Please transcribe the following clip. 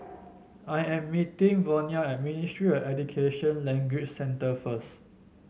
I am meeting Vonnie at Ministry Education Language Center first